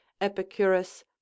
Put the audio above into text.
epicurus